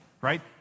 right